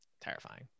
Terrifying